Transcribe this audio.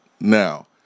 now